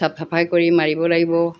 চাফ চাফাই কৰি মাৰিব লাগিব